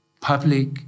public